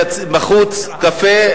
יש בחוץ קפה,